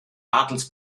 bartels